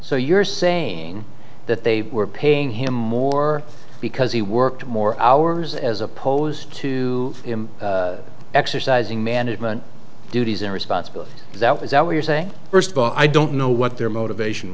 so you're saying that they were paying him more because he worked more hours as opposed to him exercising management duties and responsibilities that was that what you're saying first of all i don't know what their motivation